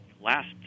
Last